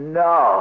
no